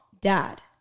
dad